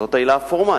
זאת העילה הפורמלית,